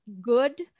good